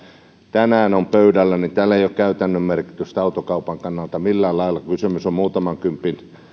tänään on pöydällä ei ole käytännön merkitystä autokaupan kannalta millään lailla kun kysymys on muutaman kympin